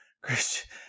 Christian